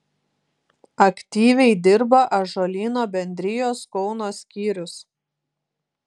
aktyviai dirba ąžuolyno bendrijos kauno skyrius